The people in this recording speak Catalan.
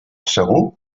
segur